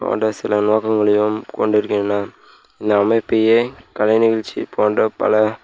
போன்ற சில நோக்கங்களையும் கொண்டிருக்கின்றன இந்த அமைப்பை கலைநிகழ்ச்சி போன்ற பல